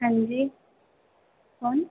हाँ जी कौन